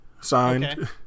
signed